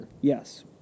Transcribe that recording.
Yes